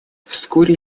вскоре